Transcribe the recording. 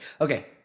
Okay